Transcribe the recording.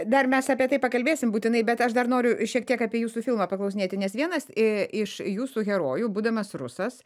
dar mes apie tai pakalbėsim būtinai bet aš dar noriu šiek tiek apie jūsų filmą paklausinėti nes vienas iš jūsų herojų būdamas rusas